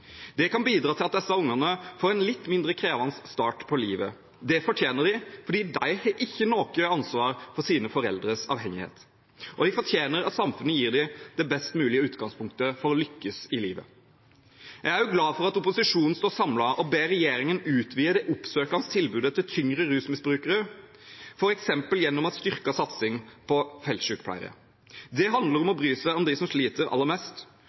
Det kan bidra til at disse ungene får en litt mindre krevende start på livet. Det fortjener de, for de har ikke noe ansvar for sine foreldres avhengighet. De fortjener at samfunnet gir dem det best mulige utgangspunktet for å lykkes i livet. Jeg er også glad for at opposisjonen står samlet og ber regjeringen utvide det oppsøkende tilbudet til tyngre rusmisbrukere, f.eks. gjennom en styrket satsing på feltsykepleiere. Det handler om å bry seg om dem som sliter aller mest,